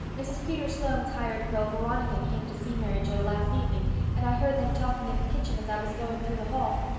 mrs. peter sloane's hired girl, veronica, came to see mary joe last evening and i heard them talking in the kitchen as i was going through the hall.